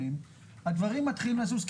הדברים מתחילים לזוז,